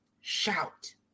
shout